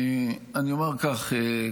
אני אומר כך,